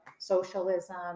Socialism